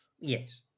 Yes